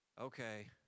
Okay